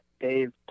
Dave